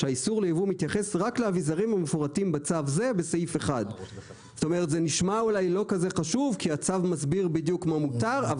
שהאיסור לייבוא מתייחס רק לאביזרים המפורטים בצו זה בסעיף 1. זאת אומר זה נשמע אולי לא כזה חשוב כי הצו מסביר בדיוק מה מותר,